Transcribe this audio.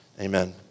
Amen